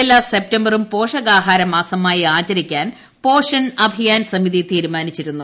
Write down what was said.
എല്ലാ സെപ്റ്റംബർ പോഷകാഹാര മാസമായി ആചരിക്കാൻ പോഷൺ അഭിയാൻ സമിതി തീരുമാനിച്ചിരുന്നു